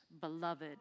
beloved